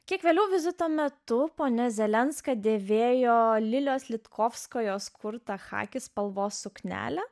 kiek vėliau vizito metu ponia zelenska dėvėjo lilijos litkovskajos kurtą chaki spalvos suknelę